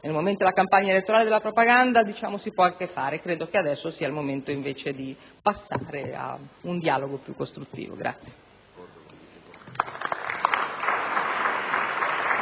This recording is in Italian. Nel momento della campagna elettorale e della propaganda si può anche fare, ma penso che adesso sia il momento di passare a un dialogo più costruttivo.